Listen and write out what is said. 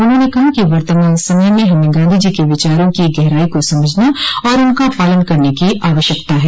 उन्होंने कहा कि वर्तमान समय में हमें गांधी जी के विचारों की गहराई को समझना और उनका पालन करने की आवश्यकता है